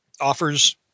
offers